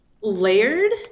layered